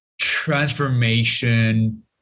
transformation